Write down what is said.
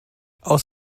aus